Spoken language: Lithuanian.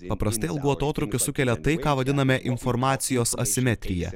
paprastai algų atotrūkis sukelia tai ką vadiname informacijos asimetrija